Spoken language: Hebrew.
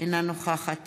אינה נוכחת